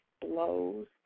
blows